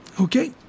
Okay